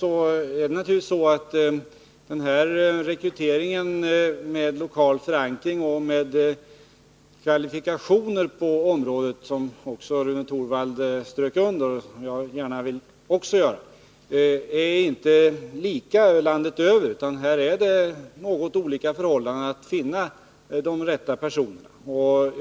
Det är emellertid så att denna rekrytering av personal med lokal förankring och med de kvalifikationer på området som Rune Torwald underströk också var nödvändiga — och detta är något som även jag vill understryka — inte går lika lätt landet över. Det är på olika håll olika svårigheter att finna de rätta personerna.